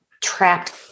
trapped